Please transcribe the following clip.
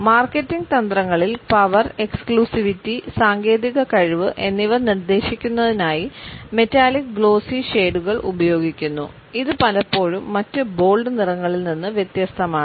marketing തന്ത്രങ്ങളിൽ power exclusivity സാങ്കേതിക കഴിവ് എന്നിവ നിർദ്ദേശിക്കുന്നതിനായി മെറ്റാലിക് ഗ്ലോസി ഷേഡുകൾ ഉപയോഗിക്കുന്നു ഇത് പലപ്പോഴും മറ്റ് ബോൾഡ് നിറങ്ങളിൽ നിന്ന് വ്യത്യസ്തമാണ്